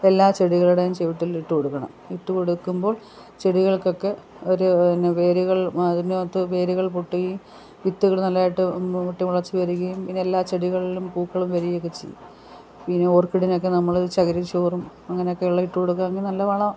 എല്ലാ ചെടികൾടേം ചുവട്ടിലിട്ട് കൊടുക്കണം ഇട്ട് കൊടുക്കുമ്പോൾ ചെടികൾക്കൊക്കെ ഒരു എന്നാൽ വേരുകൾ അതിനാത്ത് വേരുകൾ പൊട്ടുകയും വിത്തുകൾ നല്ലതായിട്ട് പൊട്ടി മുളച്ച് വരുകയും പിന്നെ എല്ലാ ചെടികളിലും പൂക്കളും വരികയും ഒക്കെ ചെയ്യും പിന്നെ ഓർക്കിഡിനൊക്കെ നമ്മൾ ചകിരി ചോറും അങ്ങനൊക്കെ ഉള്ള ഇട്ടുകൊടുക്കാണെങ്കിൽ നല്ല വളവാണ്